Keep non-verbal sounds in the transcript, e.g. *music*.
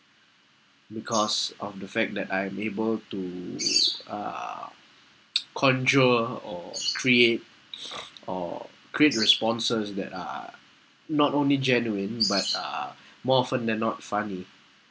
because of the fact that I am able to uh conjure or create *noise* or create responses that are not only genuine but are more often than not funny